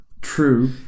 True